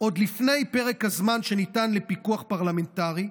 עוד לפני פרק הזמן שניתן לפיקוח פרלמנטרי,